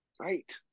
Right